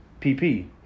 pp